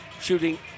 Shooting